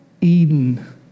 Eden